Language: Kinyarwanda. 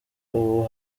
ubu